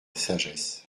sagesse